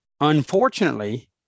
Unfortunately